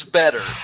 better